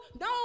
no